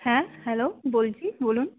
হ্যাঁ হ্যালো বলছি বলুন